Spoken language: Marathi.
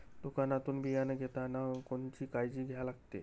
दुकानातून बियानं घेतानी कोनची काळजी घ्या लागते?